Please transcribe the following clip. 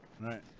Right